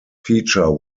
feature